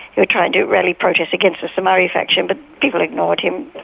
he would try and to rally protests against the somare faction, but people ignored him,